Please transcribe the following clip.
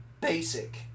basic